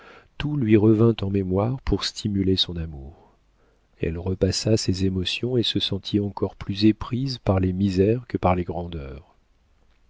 tout lui revint en mémoire pour stimuler son amour elle repassa ses émotions et se sentit encore plus éprise par les misères que par les grandeurs